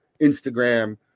Instagram